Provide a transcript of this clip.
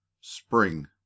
spring